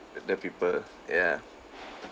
the people ya